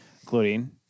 including